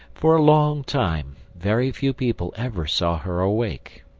for a long time very few people ever saw her awake.